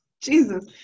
Jesus